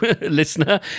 listener